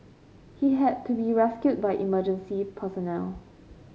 he had to be rescued by emergency personnel